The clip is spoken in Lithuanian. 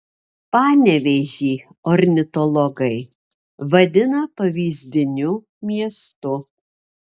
panevėžį ornitologai vadina pavyzdiniu miestu